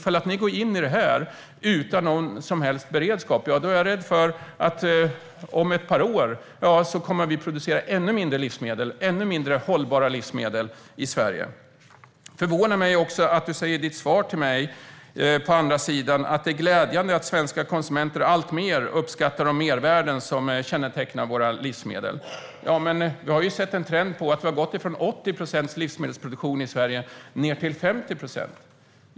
Om ni går in i det här utan någon som helst beredskap är jag rädd för att vi om ett par år kommer att producera en ännu mindre mängd hållbara livsmedel i Sverige. Det förvånar mig också att du säger i ditt svar till mig att det är glädjande att svenska konsumenter alltmer uppskattar de mervärden som kännetecknar våra livsmedel. Men vi har ju sett en trend där vi gått från 80 procents livsmedelsproduktion i Sverige ned till 50 procent.